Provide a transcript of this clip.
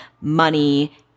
money